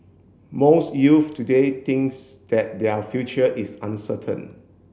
most youth today thinks that their future is uncertain